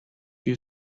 you